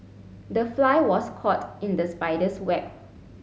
the fly was caught in the spider's web